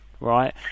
Right